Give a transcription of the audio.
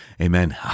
amen